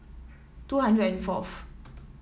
two hundred and fourth